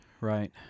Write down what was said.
right